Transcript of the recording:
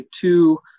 two